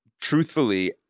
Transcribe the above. truthfully